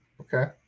Okay